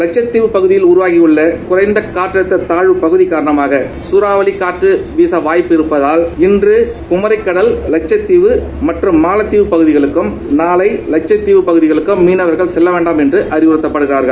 லட்சத்தீவு பகுதியில் உருவாகியுள்ள குறைந்த காற்றழுத்த தாழ்வுப் பகுதி காரணமாக சூறாவளி காற்று வீச வாய்ப்பு இருப்பதால் இன்று குமரிக்கடல் வட்சத்தீவு மற்றும் மாலத்தீவு பகுதிகளுக்கும் நாளை வட்சத்தீவு பகுதிகளுக்கும் மீனவர்கள் செல்ல வேண்டாம் என்று அறிவுறுத்தப்படுகிறார்